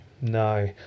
No